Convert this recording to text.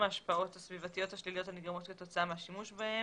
ההשפעות הסביבתיות השליליות הנגרמות כתוצאה מהשימוש בהן,